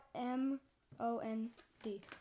M-O-N-D